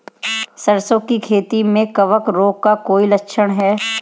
सरसों की खेती में कवक रोग का कोई लक्षण है?